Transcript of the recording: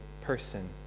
person